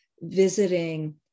visiting